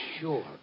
sure